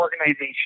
organization